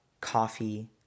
coffee